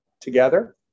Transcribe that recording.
together